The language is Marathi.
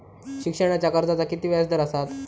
शिक्षणाच्या कर्जाचा किती व्याजदर असात?